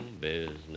business